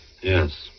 Yes